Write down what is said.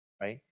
right